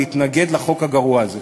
להתנגד לחוק הגרוע הזה.